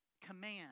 command